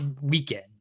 weekend